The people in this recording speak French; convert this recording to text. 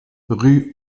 rue